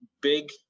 big